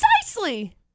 Precisely